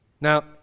Now